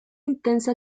intensa